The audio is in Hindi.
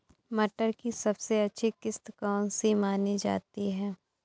मटर की सबसे अच्छी किश्त कौन सी मानी जाती है?